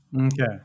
okay